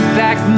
back